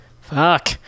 Fuck